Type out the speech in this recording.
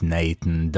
Nathan